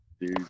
dude